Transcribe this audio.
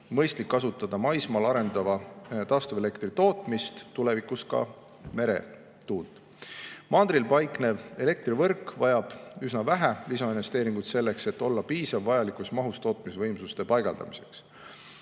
mõistlik kasutada maismaal arendatava taastuvelektri tootmist, tulevikus ka meretuult. Mandril paiknev elektrivõrk vajab üsna vähe lisainvesteeringuid selleks, et olla piisav vajalikus mahus tootmisvõimsuste paigaldamiseks.